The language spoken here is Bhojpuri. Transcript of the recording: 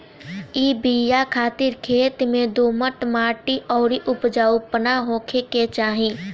इ बिया खातिर खेत में दोमट माटी अउरी उपजाऊपना होखे के चाही